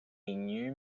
new